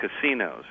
casinos